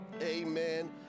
amen